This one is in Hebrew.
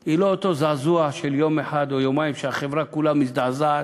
הוא לא אותו זעזוע של יום אחד או יומיים שהחברה כולה מזדעזעת,